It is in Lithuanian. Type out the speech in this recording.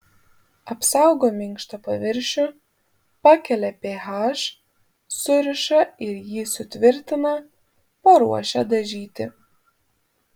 apsaugo minkštą paviršių pakelia ph suriša ir jį sutvirtina paruošia dažyti